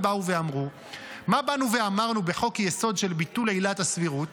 מה באנו ואמרנו בחוק-יסוד של ביטול עילת הסבירות?